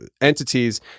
entities